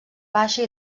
baixa